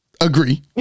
agree